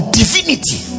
divinity